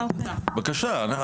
בבקשה,